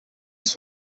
ist